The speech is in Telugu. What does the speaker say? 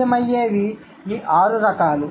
సాధ్యమయ్యేవి ఈ 6 రకాలు